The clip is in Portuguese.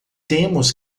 temos